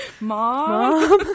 Mom